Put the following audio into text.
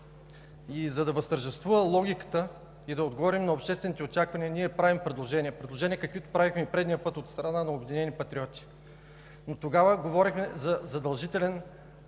За да възтържествува логиката и да отговорим на обществените очаквания, ние правим предложения – предложения, каквито правихме и предния път от страна на „Обединени патриоти“. Тогава говорихме за задължително